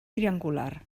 triangular